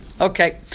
Okay